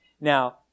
Now